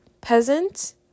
peasant